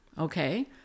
Okay